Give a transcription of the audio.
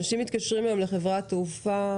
אנשים מתקשרים היום לחברת תעופה,